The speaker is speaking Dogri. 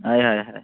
आय हाय हाय